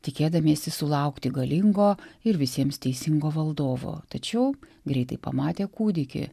tikėdamiesi sulaukti galingo ir visiems teisingo valdovo tačiau greitai pamatė kūdikį